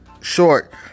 short